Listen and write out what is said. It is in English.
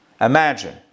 imagine